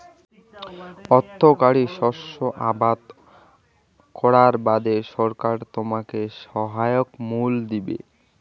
অর্থকরী শস্য আবাদ করার বাদে সরকার তোমাক সহায়ক মূল্য দিবে